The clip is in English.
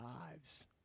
lives